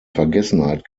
vergessenheit